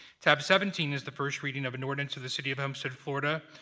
tab seventeen is the first reading of an ordinance of the city of homestead, florida,